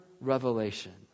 revelation